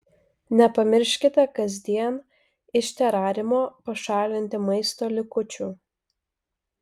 nepamirškite kasdien iš terariumo pašalinti maisto likučių